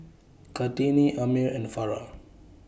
Kartini Ammir and Farah